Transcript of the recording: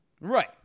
Right